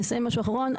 נסיים עם משהו אחרון,